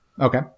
Okay